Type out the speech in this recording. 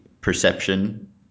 perception